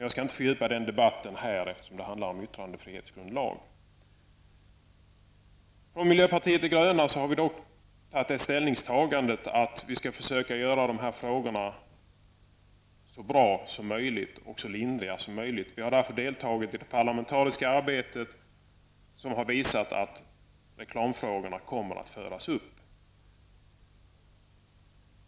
Jag skall inte fördjupa mig i den debatten nu, eftersom dagens debatt handlar om en yttrandefrihetsgrundlag. I miljöpartiet de gröna har vi gjort det ställningstagandet att vi skall försöka lösa de här frågorna så bra som möjligt. Vi har därför deltagit i det parlamentariska arbetet med reklamfrågorna.